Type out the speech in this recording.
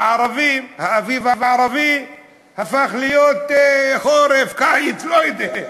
האביב הערבי הפך להיות חורף, קיץ, לא יודע,